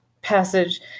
passage